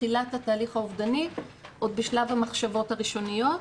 בתחילת התהליך האובדני עוד בשלב המחשבות הראשוניות.